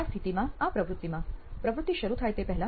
આ સ્થિતિમાં આ પ્રવૃત્તિમાં પ્રવૃત્તિ શરૂ થાય તે પહેલાં